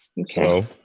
Okay